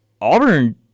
Auburn –